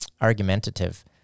argumentative